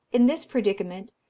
in this predicament,